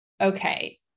okay